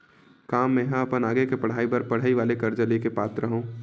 का मेंहा अपन आगे के पढई बर पढई वाले कर्जा ले के पात्र हव?